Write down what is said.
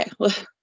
Okay